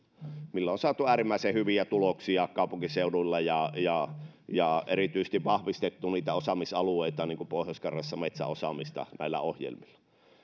millä on saatu äärimmäisen hyviä tuloksia kaupunkiseuduilla ja ja erityisesti näillä ohjelmilla on vahvistettu niitä osaamisalueita niin kuin pohjois karjalassa metsäosaamista